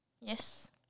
Yes